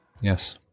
Yes